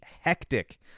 hectic